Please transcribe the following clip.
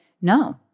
no